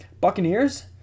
Buccaneers